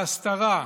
ההסתרה,